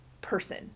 person